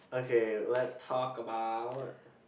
okay let's talk about